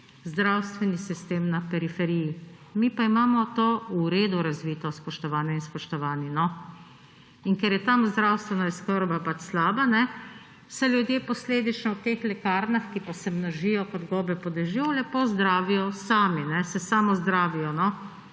zdravstveni sistem na periferiji. Mi pa imamo to v redu razvito, spoštovane in spoštovani, no. In ker je tam zdravstvena oskrba pač slaba, se ljudje posledično v teh lekarnah, ki se množijo kot gobe po dežju, lepo zdravijo sami, se samozdravijo.